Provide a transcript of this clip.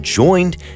joined